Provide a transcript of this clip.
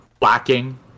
lacking